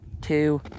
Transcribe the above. two